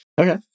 Okay